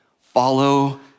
follow